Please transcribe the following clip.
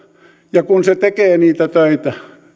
ja kun se tekee niitä töitä